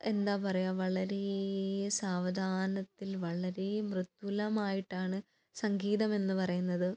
എന്താണ് പറയുക വളരെ സാവധാനത്തിൽ വളരെ മൃദുലമായിട്ടാണ് സംഗീതം എന്ന് പറയുന്നത്